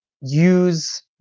use